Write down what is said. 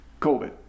COVID